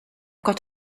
got